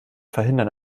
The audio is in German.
verhindern